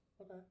Okay